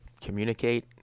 communicate